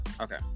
Okay